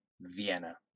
Vienna